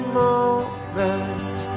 moment